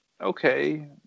okay